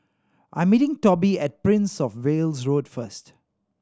I am meeting Toby at Prince Of Wales Road first